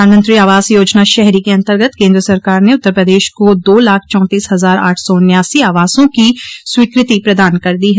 प्रधानमंत्री आवास योजना शहरी के अन्तर्गत केन्द्र सरकार ने उत्तर प्रदेश को दो लाख चौतीस हजार आठ सौ उन्यासी आवासों की स्वीकृति प्रदान कर दी है